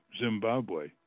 Zimbabwe